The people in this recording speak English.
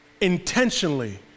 intentionally